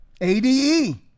ADE